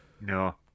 No